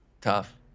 Tough